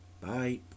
bye